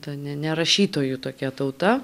ta ne ne rašytojų tokia tauta